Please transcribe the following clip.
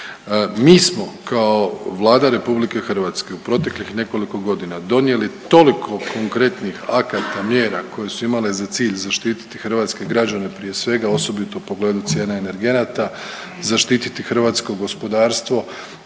Mi smo kao Vlada RH u proteklih nekoliko godina donijeli toliko konkretnih akata, mjera koje su imale za cilj zaštititi hrvatske građane prije svega osobito u pogledu cijene energenata, zaštititi hrvatsko gospodarstvo.